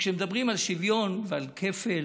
שכשמדברים על שוויון ועל כפל,